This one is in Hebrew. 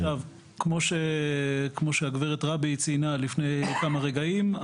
כמו שהגב' רבי ציינה לפני כמה רגעים,